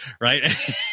Right